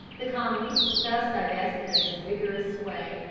the colony, thus divested of his vigorous sway,